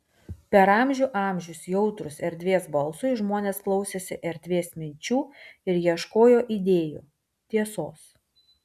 per amžių amžius jautrūs erdvės balsui žmonės klausėsi erdvės minčių ir ieškojo idėjų tiesos